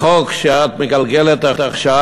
החוק שאת מגלגלת עכשיו,